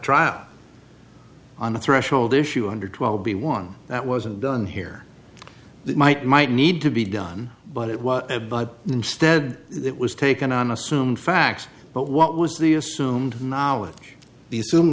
trial on the threshold issue under twelve b one that wasn't done here that might might need to be done but it was but instead it was taken on assumed facts but what was the assumed knowledge the